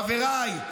חבריי,